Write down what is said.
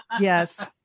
Yes